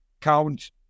count